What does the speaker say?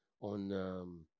on